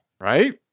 Right